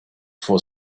for